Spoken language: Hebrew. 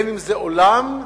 אם עולם,